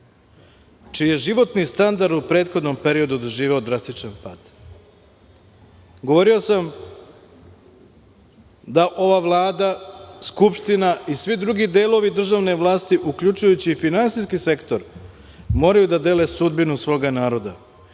čiji je životni standard u prethodnom periodu doživeo drastičan pad. Govorio sam da ova Vlada, Skupština i svi drugi delovi državne vlasti, uključujući i finansijski sektor, moraju da dele sudbinu svoga naroda,